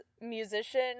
musician